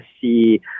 see